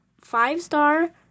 five-star